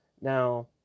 now